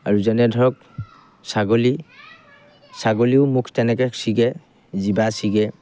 আৰু যেনে ধৰক ছাগলী ছাগলীও মোক তেনেকৈ ছিগে জিভা ছিগে